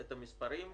המספרים,